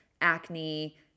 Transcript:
acne